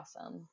awesome